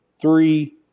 three